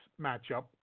matchup